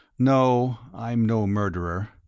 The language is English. no, i'm no murderer.